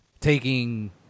taking